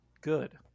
Good